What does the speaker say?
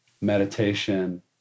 Meditation